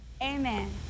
amen